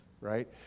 right